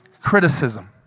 Criticism